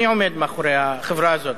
מי עומד מאחורי החברה הזאת?